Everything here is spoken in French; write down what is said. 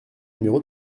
numéro